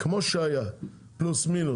כמו שהיה פלוס, מינוס.